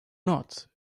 not